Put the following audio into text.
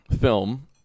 film